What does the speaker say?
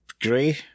gray